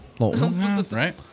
Right